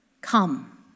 come